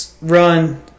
run